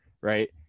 right